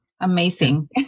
Amazing